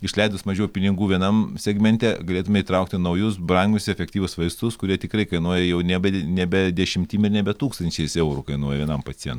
išleidus mažiau pinigų vienam segmente galėtume įtraukti naujus brangius efektyvius vaistus kurie tikrai kainuoja jau nebe nebe dešimtim ir nebe tūkstančiais eurų kainuoja vienam pacien